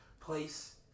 place